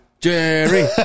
Jerry